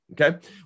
Okay